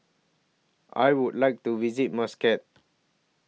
I Would like to visit Muscat